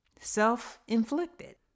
self-inflicted